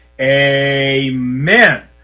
Amen